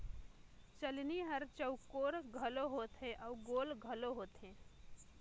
चलनी हर चउकोर घलो होथे अउ गोल घलो होथे